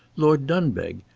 lord dunbeg,